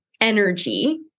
energy